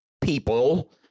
people